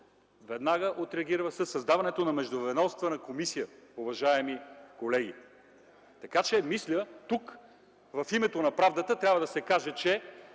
Веднага отреагира със създаването на Междуведомствена комисия, уважаеми колеги. Мисля, че в името на правдата трябва да се каже, че